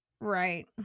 Right